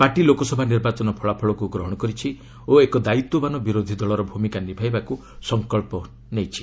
party Lok Sabha ନିର୍ବାଚନ ଫଳାଫଳକୁ ଗ୍ରହଣ କରିଛି ଓ ଏକ ଦାୟିତ୍ୱବାନ ବିରୋଧୀ ଦଳର ଭୂମିକା ନିଭାଇବାକୁ ସଂକଳ୍ପ ନେଇଛି